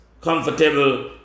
comfortable